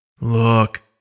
Look